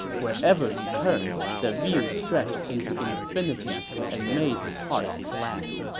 wherever he turned, the view stretched into infinity and made his heart glad.